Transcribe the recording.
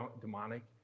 demonic